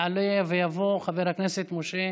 יעלה ויבוא חבר הכנסת משה